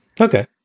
Okay